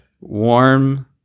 Warm